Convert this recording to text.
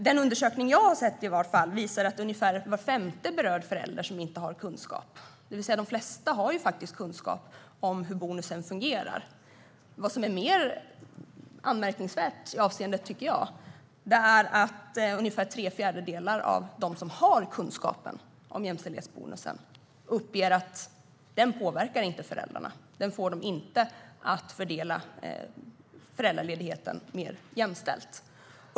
Den undersökning jag har sett visar att ungefär var femte berörd förälder inte har kunskap, det vill säga att de flesta har kunskap om hur bonusen fungerar. Vad som är mer anmärkningsvärt i sammanhanget, tycker jag, är att ungefär tre fjärdedelar av de föräldrar som har kunskap om jämställdhetsbonusen uppger att den inte påverkar dem. Den får dem inte att fördela föräldraledigheten mer jämställt.